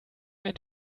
ein